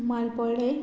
माळपोळें